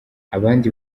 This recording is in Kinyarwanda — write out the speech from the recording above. abandi